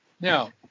Now